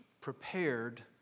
prepared